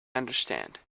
understand